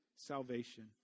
Salvation